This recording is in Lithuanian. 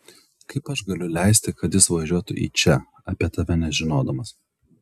kaip aš galiu leisti kad jis važiuotų į čia apie tave nežinodamas